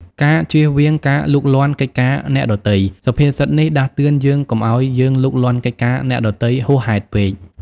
ការជៀសវាងការលូកលាន់កិច្ចការអ្នកដទៃ សុភាសិតនេះដាស់តឿនយើងកុំឲ្យយើងលូកលាន់កិច្ចការអ្នកដទៃហួសហេតុពេក។